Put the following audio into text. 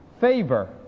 favor